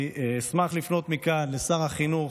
אני אשמח לפנות מכאן לשר החינוך,